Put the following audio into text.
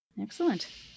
Excellent